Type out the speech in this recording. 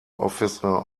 officer